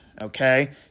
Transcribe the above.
Okay